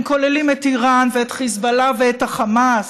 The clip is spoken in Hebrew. הם כוללים את איראן, את חיזבאללה ואת החמאס,